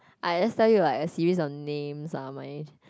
I just tell you like a series of names ah my